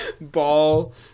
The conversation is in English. Ball